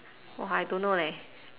!wah! I don't know leh